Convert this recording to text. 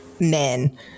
men